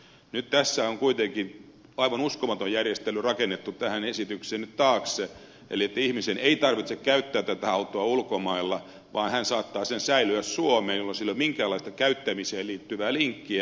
nyt tässä on kuitenkin aivan uskomaton järjestely rakennettu tähän esityksen taakse eli ihmisen ei tarvitse käyttää tätä autoa ulkomailla vaan hän saattaa sen säilöä suomeen jolloin sillä ei ole minkäänlaista käyttämiseen liittyvää linkkiä